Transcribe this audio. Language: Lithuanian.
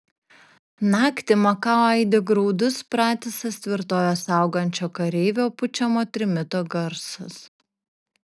naktį makao aidi graudus pratisas tvirtovę saugančio kareivio pučiamo trimito garsas